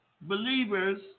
believers